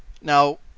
Now